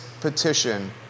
petition